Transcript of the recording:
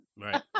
Right